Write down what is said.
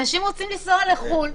אנשים רוצים לנסוע לחו"ל,